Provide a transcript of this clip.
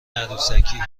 عروسکی